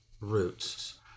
roots